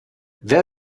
wer